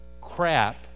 crap